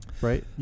right